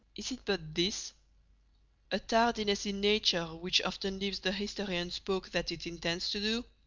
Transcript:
is it but this a tardiness in nature which often leaves the history unspoke that it intends to do